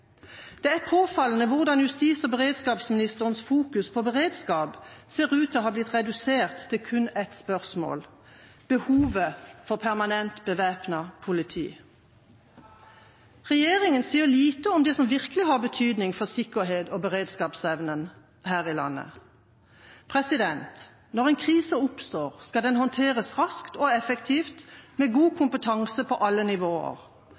Det er påfallende hvordan justis- og beredskapsministerens fokusering på beredskap ser ut til å ha blitt redusert til kun ett spørsmål: behovet for permanent bevæpnet politi. Regjeringa sier lite om det som virkelig har betydning for sikkerhets- og beredskapsevnen her i landet. Når en krise oppstår, skal den håndteres raskt og effektivt, med god kompetanse på alle nivåer.